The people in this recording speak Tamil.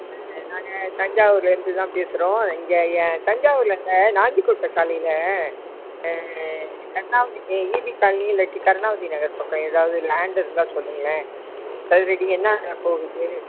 ஆ நாங்கள் தஞ்சாவூருலேர்ந்து தான் பேசுகிறோம் இங்கே எ தஞ்சாவூரில் இந்த நாஞ்சிக் கோட்டை சாலையில் கருணாவுதி ஈபி காலனி இல்லாட்டி கருணாவுதி நகர் பக்கம் ஏதாவது லேண்டு இருந்தால் சொல்லுங்களேன் சதுர அடி என்ன போகுது